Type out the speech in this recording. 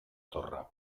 torre